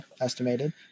estimated